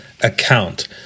Account